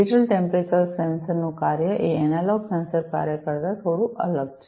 digital temperature સેન્સરનું કાર્ય એ એનાલોગ સેન્સર્સ કાર્ય કરતા થોડું અલગ છે